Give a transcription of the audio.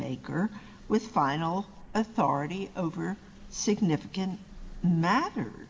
maker with final authority over significant matter